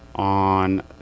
On